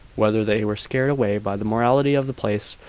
whether they were scared away by the mortality of the place,